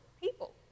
people